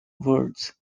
words